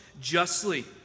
justly